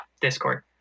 discord